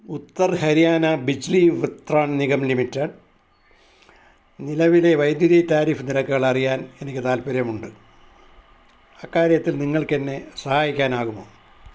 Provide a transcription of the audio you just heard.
Uttar Haryana Bijli Vitran Nigam limited നിലവിലെ വൈദ്യുതി tariff നിരക്കുകളറിയാൻ എനിക്ക് താൽപ്പര്യമുണ്ട് അക്കാര്യത്തിൽ നിങ്ങൾക്കെന്നെ സഹായിക്കാനാകുമോ